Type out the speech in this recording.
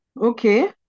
Okay